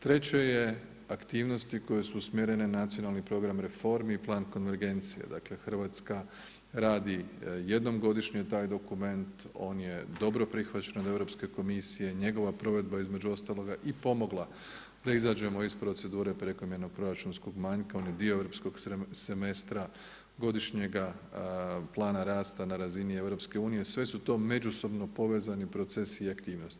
Treće je aktivnosti koje su usmjerene na nacionalni program reformi, plan konvergencije, dakle Hrvatska radi jednom godišnje taj dokument, on je dobro prihvaćen od Europske komisije, njegova provedba između ostaloga i pomogla da izađemo iz procedure prekomjernog proračunskog manjka, on je dio europskog semestra, godišnjega plana rasta na razini EU sve su to međusobno povezani procesi i aktivnosti.